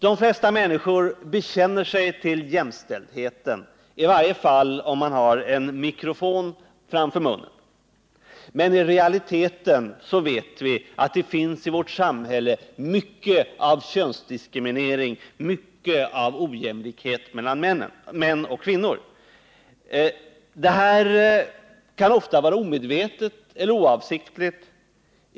De flesta människor bekänner sig till jämställdheten, i varje fall om de har en mikrofon framför munnen. Men i realiteten vet vi att det i vårt samhälle finns mycket av könsdiskriminering, mycket av ojämlikhet mellan män och kvinnor. Det här kan ofta vara omedvetet eller oavsiktligt.